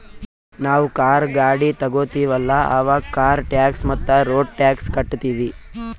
ನಾವ್ ಕಾರ್, ಗಾಡಿ ತೊಗೋತೀವಲ್ಲ, ಅವಾಗ್ ಕಾರ್ ಟ್ಯಾಕ್ಸ್ ಮತ್ತ ರೋಡ್ ಟ್ಯಾಕ್ಸ್ ಕಟ್ಟತೀವಿ